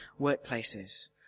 workplaces